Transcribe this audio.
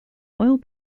oil